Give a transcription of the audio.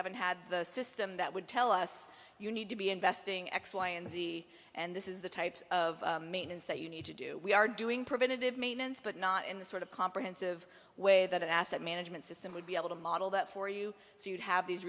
haven't had the system that would tell us you need to be investing x y and z and this is the types of maintenance that you need to do we are doing preventative maintenance but not in the sort of comprehensive way that an asset management system would be able to model that for you so you'd have these